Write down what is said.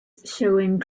showing